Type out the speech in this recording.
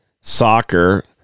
soccer